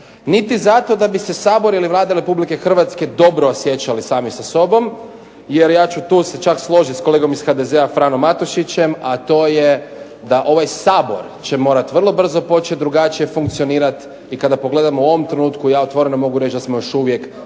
Niti zato da bi se Sabor ili Vlada Republike Hrvatske dobro osjećali sami sa sobom, jer ja ću tu se čak složiti s kolegom iz HDZ-a Franom Matušićem, a to je da ovaj Sabor će morati vrlo brzo početi drugačije funkcionirati, i kada pogledamo u ovom trenutku, ja otvoreno mogu reći da smo još uvijek